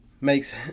makes